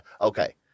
Okay